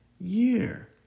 year